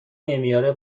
نمیاره